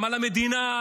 על המדינה,